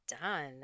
done